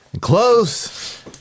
Close